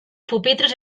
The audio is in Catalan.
pupitres